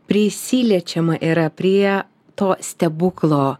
prisiliečiama yra prie to stebuklo